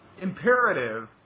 imperative